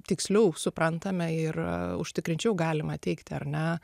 tiksliau suprantame ir užtikrinčiau galima teigti ar ne